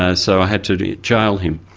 ah so i had to jail him.